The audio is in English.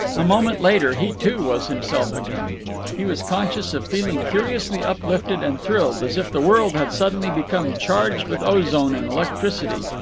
a moment later he, too, was himself again he was conscious of feeling curiously uplifted and thrilled, as if the world had suddenly become charged with ozone and electricity,